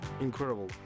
incredible